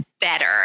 better